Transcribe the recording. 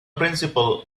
principle